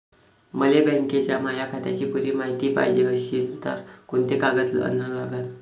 मले बँकेच्या माया खात्याची पुरी मायती पायजे अशील तर कुंते कागद अन लागन?